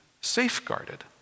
safeguarded